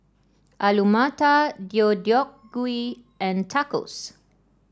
Alu Matar Deodeok Gui and Tacos